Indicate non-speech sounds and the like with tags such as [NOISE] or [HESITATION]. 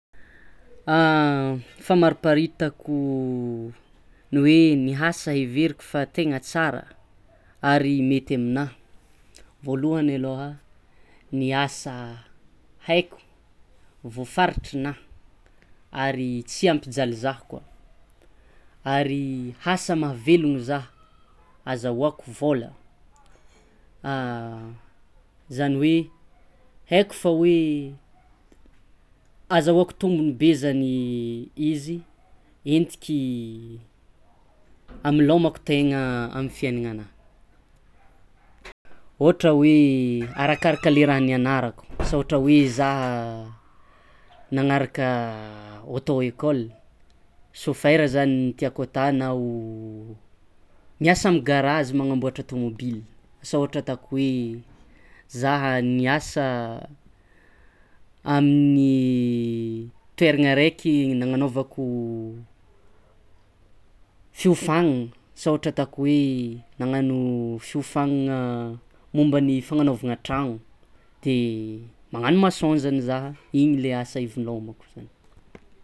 [HESITATION] Famariparitako [HESITATION] ny hoe ny hasa everiko fa tegna tsara ary mety aminaha: vôlohany alaoha ny asa haiko, voafaritrinaha ary tsy ampijaly zaha koa, ary hasa mahavelogno zaha, azahoako vaola, [HESITATION] zany hoe haiky fao hoe azahoako tombony be zany [HESITATION] izy entiky [HESITATION] amilaomako taigna amy fiainagnanaha. [NOISE] Ohatra hoe arakaraka le raha nianarako sa ohatra hoe zaha [NOISE] nagnaraka [NOISE] auto-école: chauffeur zany ny tiako ata, na o miasa amy garrage magnamboatra tomobily, sa ohatra atako hoe zaha niasa [HESITATION] amin'ny [HESITATION] toairagna araiky nagnanaovako [HESITATION] fiofagnagna, asa ohatra atako hoe nagnano [HESITATION] fiofagnagna momba ny fagnanaovagna tragno, de [HESITATION] magnano maçon zany zaha, igny le asa ivilaomako zany.